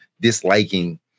disliking